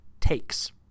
takes